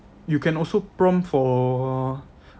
you can also prompt for